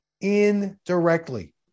indirectly